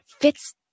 fits